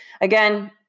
again